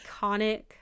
iconic